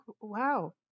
wow